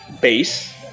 base